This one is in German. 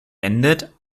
endet